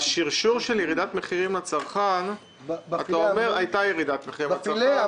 בשרשור של ירידת מחירים לצרכן בפילה אמנון הייתה ירידת מחירים.